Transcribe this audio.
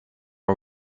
are